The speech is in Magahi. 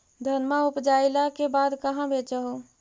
धनमा उपजाईला के बाद कहाँ बेच हू?